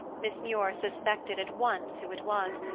miss muir suspected at once who it was,